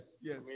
yes